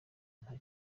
nta